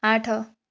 ଆଠ